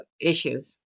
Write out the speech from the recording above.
issues